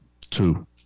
Two